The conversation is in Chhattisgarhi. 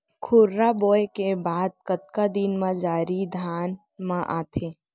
खुर्रा बोए के बाद कतका दिन म जरी धान म आही?